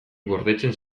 gordetzen